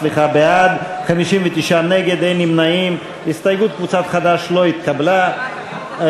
סיוע נפגעות תקיפה מינית,